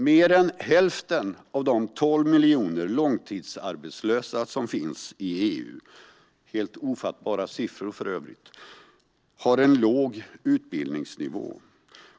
Mer än hälften av de 12 miljoner långtidsarbetslösa som finns inom EU - helt ofattbara siffror, för övrigt - har en låg utbildningsnivå.